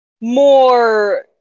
more